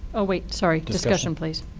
oh, wait, sorry. discussion, please.